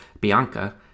Bianca